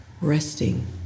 resting